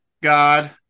God